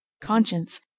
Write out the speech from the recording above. Conscience